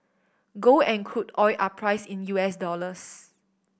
gold and crude oil are priced in U S dollars